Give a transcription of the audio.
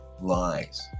lies